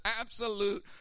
absolute